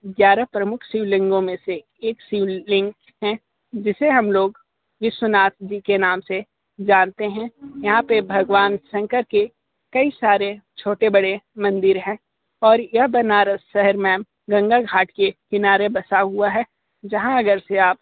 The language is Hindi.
ग्यारह प्रमुख शिवलिंगों में से एक शिवलिंग हैं जिसे हम लोग विश्वनाथ जी के नाम से जानते हैं यहाँ पर भगवान शंकर के कई सारे छोटे बड़े मंदिर हैं और यह बनारस शहर मैम गंगा घाट के किनारे बसा हुआ हैं जहाँ अगर से आप